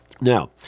Now